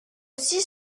six